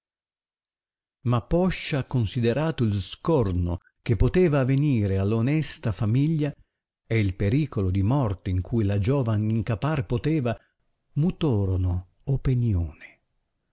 ma poscia considerato il scorno che poteva avenire all onesta famiglia e il pericolo di morte in cui la giovane incapar poteva mutorono openione